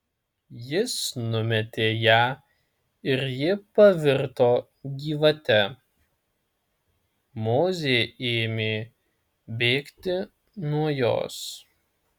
jis numetė ją ir ji pavirto gyvate mozė ėmė bėgti nuo jos